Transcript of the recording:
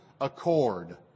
accord